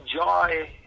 joy